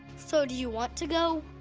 so do you want to go?